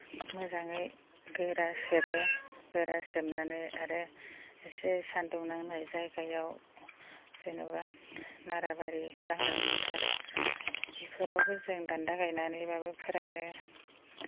मोजाङै गोरा सेबो गोरा सेबनानै आरो एसे सान्दुं नांनाय जायगायाव जेन'बा नाराबारि लांदां फोथार बेफोरावबो जों दान्दा गायनानैब्लाबो फोरानो